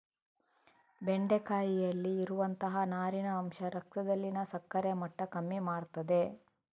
ಬೆಂಡೆಕಾಯಿಯಲ್ಲಿ ಇರುವಂತಹ ನಾರಿನ ಅಂಶ ರಕ್ತದಲ್ಲಿನ ಸಕ್ಕರೆ ಮಟ್ಟ ಕಮ್ಮಿ ಮಾಡ್ತದೆ